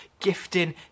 gifting